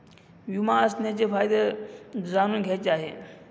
विमा असण्याचे फायदे जाणून घ्यायचे आहे